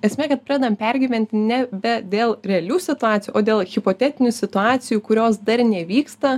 esmė kad pradedam pergyvent ne be dėl realių situacijų o dėl hipotetinių situacijų kurios dar nevyksta